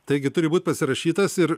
taigi turi būt pasirašytas ir